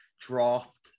draft